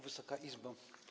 Wysoka Izbo!